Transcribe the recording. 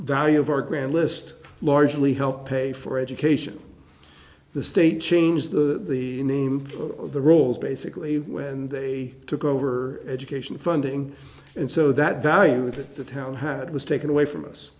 value of our grand list largely help pay for education the state change the name of the rules basically when they took over education funding and so that value that the town had was taken away from us